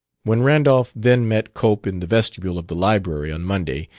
when randolph, then, met cope in the vestibule of the library, on monday,